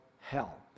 hell